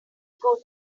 good